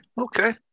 okay